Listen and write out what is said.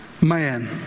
man